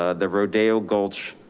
ah the rodeo gulch